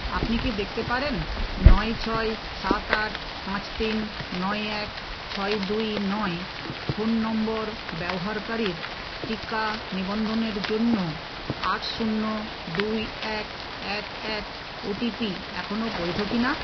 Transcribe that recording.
আপনি কি দেখতে পারেন নয় ছয় সাত আট পাঁচ তিন নয় এক ছয় দুই নয় ফোন নম্বর ব্যবহারকারীর টিকা নিবন্ধনের জন্য আট শূন্য দুই এক এক এক ও টি পি এখনো বৈধ কিনা